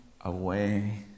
away